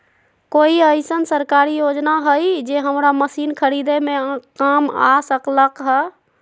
कोइ अईसन सरकारी योजना हई जे हमरा मशीन खरीदे में काम आ सकलक ह?